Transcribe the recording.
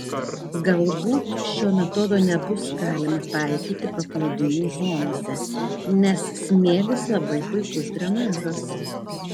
galbūt šio metodo nebus galima taikyti paplūdimių zonose nes smėlis labai puikus drenažas